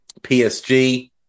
PSG